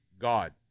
God